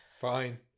Fine